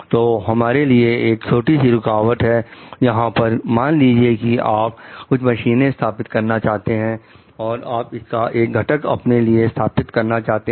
तो हमारे लिए एक छोटी सी रुकावट है यहां पर मान लीजिए कि आप कुछ मशीनें स्थापित करना चाहते हैं और आप इसका एक घटक अपने लिए स्थापित करना चाहते हैं